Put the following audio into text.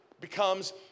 becomes